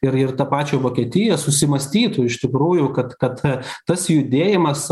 ir ir tą pačią vokietiją susimąstytų iš tikrųjų kad kad tas judėjimas